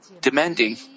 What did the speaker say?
demanding